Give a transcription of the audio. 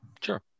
Sure